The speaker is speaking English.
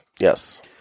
Yes